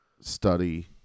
study